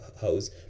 house